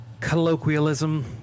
colloquialism